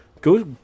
go